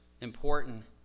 important